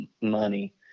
money